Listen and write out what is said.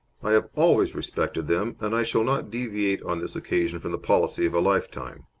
i have always respected them, and i shall not deviate on this occasion from the policy of a lifetime.